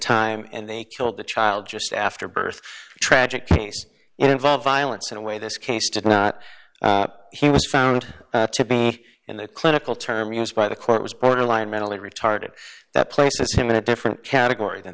time and they killed the child just after birth tragic case involving violence in a way this case did not he was found to be in the clinical term used by the court was borderline mentally retarded that places him in a different category than